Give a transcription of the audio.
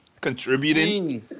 contributing